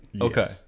Okay